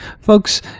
Folks